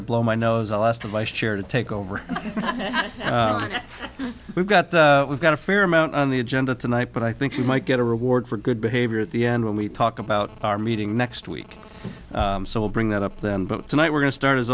to blow my nose alas the vice chair to take over we've got we've got a fair amount on the agenda tonight but i think you might get a reward for good behavior at the end when we talk about our meeting next week so i'll bring that up then but tonight we're going to start as